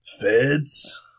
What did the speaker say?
Feds